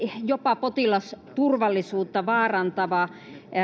jopa potilasturvallisuutta vaarantavaa